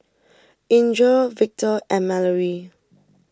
Inger Victor and Mallory